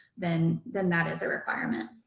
then, then that is a requirement.